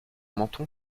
menton